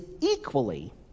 equally